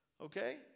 Okay